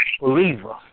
believer